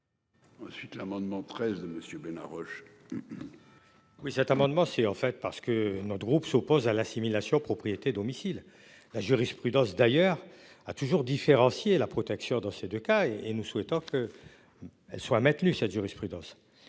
Ensuite l'amendement 13 monsieur Bena Roche.